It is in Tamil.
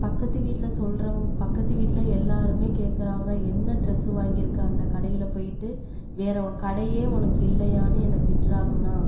பக்கத்து வீட்டில் சொல்றவங்க பக்கத்து வீட்டில் எல்லோருமே கேட்குறாங்க என்ன ட்ரெஸ் வாங்கியிருக்க அந்த கடையில் போயிட்டு வேறே ஒ கடையே உனக்கு இல்லையானு என்னை திட்டுறாங்கண்ணா